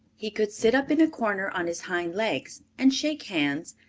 he could sit up in a corner on his hind legs, and shake hands,